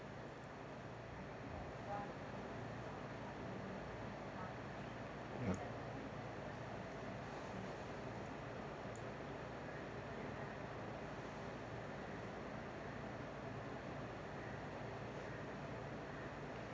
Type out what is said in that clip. ya